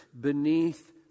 beneath